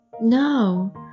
No